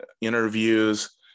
interviews